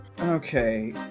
okay